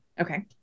Okay